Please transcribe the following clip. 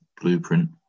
blueprint